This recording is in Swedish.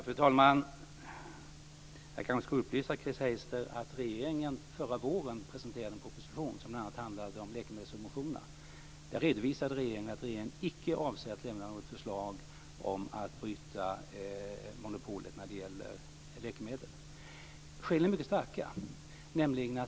Fru talman! Jag kanske ska upplysa Chris Heister om att regeringen förra våren presenterade en proposition som bl.a. handlade om läkemedelssubventionerna. Där redovisade regeringen att regeringen icke avser att lämna något förslag om att bryta monopolet för läkemedel. Skälen är mycket starka.